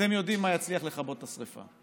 אתם יודעים מה יצליח לכבות את השרפה.